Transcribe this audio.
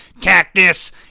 Cactus